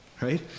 right